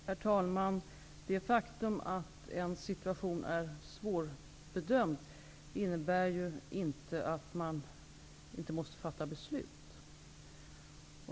Herr talman! Det faktum att en situation är svårbedömd innebär ju inte att man inte måste fatta beslut.